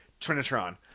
Trinitron